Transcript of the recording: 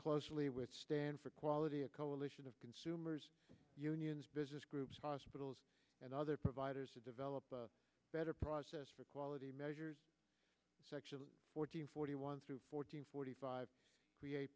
closely with stand for quality a coalition of consumers unions business groups hospitals and other providers to develop a better process for quality measures fourteen forty one through fourteen forty five